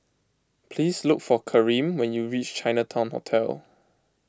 please look for Karyme when you reach Chinatown Hotel